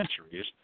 centuries